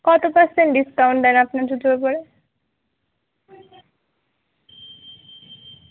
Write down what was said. কতো percent discount দেন আপনার জুতোর উপরে